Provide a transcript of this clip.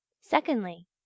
Secondly